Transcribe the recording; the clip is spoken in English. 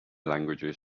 languages